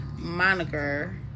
moniker